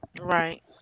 right